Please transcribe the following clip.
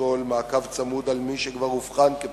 לשקול מעקב צמוד אחר מי שכבר אובחן כפדופיל,